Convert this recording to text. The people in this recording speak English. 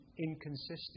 inconsistent